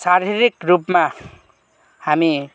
शारीरिक रूपमा हामी